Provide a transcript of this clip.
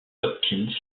watkins